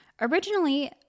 Originally